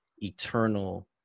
eternal